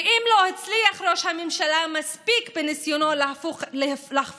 ואם לא הצליח ראש הממשלה מספיק בניסיונו להפוך